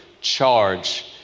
charge